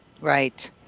right